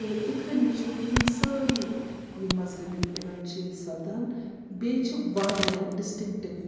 تہٕ یِتھٕ کٔنۍ وُچھِو تہِ یِم سٲری یہِ مذہبی اِونٛٹ چھِ ییٚتہِ سَپدان بیٚیہِ چھِ واریاہ ڈِسٹِنٛگٹہٕ